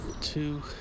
two